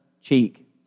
cheek